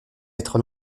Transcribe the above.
être